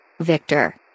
Victor